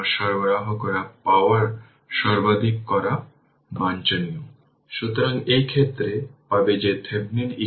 সুতরাং vLt দেওয়া হল যে আমরা পেয়েছি vLt vLt L di এতটুকু